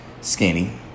Skinny